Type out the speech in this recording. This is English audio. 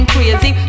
Crazy